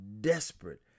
desperate